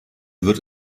wird